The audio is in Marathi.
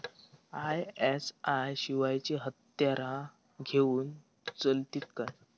आय.एस.आय शिवायची हत्यारा घेऊन चलतीत काय?